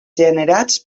generats